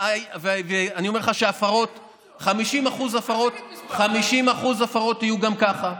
אני אומר לך ש-50% הפרות יהיו גם ככה,